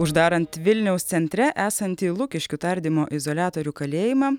uždarant vilniaus centre esantį lukiškių tardymo izoliatorių kalėjimą